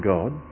God